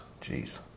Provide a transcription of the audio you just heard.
Jeez